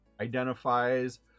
identifies